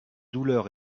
douleur